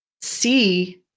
see